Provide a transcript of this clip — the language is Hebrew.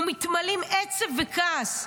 ומתמלאים עצב וכעס.